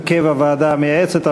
הרכב הוועדה המייעצת),